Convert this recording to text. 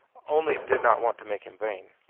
only did not want to make him vain.